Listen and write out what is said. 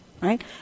Right